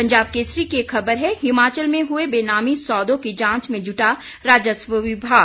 पंजाब केसरी की एक खबर है हिमाचल में हुए बेनामी सौदों की जांच में जुटा राजस्व विभाग